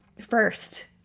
first